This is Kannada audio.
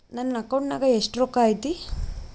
ನನ್ನ ಅಕೌಂಟ್ ನಾಗ ಎಷ್ಟು ರೊಕ್ಕ ಐತಿ?